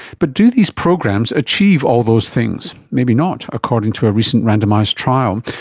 but do these programs achieve all those things? maybe not according to a recent randomised trial.